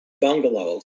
bungalows